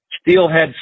Steelhead